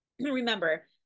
remember